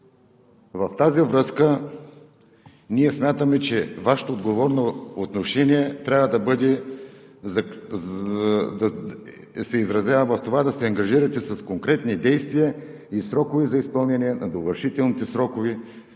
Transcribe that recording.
В тази връзка ние смятаме, че Вашето отговорно отношение трябва да се изразява в това да се ангажирате с конкретни действия и срокове за изпълнение на довършителните действия